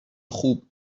خوب